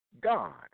God